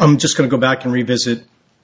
i'm just going to go back and revisit